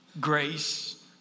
grace